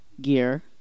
gear